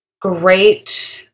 great